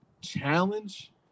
challenge